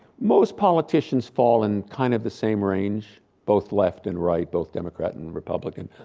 most politicians fall in kind of the same range both left and right, both democrat and republican.